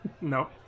No